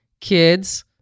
kids